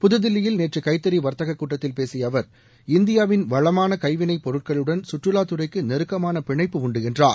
புதுதில்லியில் நேற்று கைத்தறி வர்த்தக கூட்டத்தில் பேசிய அவர் இந்தியாவின் வளமான கைவினை பொருட்களுடன் சுற்றுலாத்துறைக்கு நெருக்கமான பிணைப்பு உண்டு என்றார்